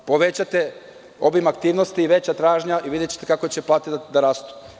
Povećajte obim aktivnosti i veću tražnju i videćete kako će plate da rastu.